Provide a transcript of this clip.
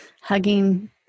Hugging